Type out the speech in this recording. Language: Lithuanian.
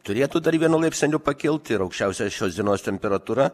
turėtų dar vienu laipsneliu pakilti ir aukščiausia šios dienos temperatūra